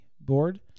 board